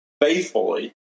Faithfully